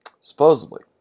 supposedly